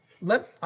let